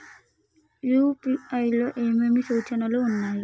UPI లో ఏమేమి సూచనలు ఉన్నాయి?